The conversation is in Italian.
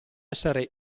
essere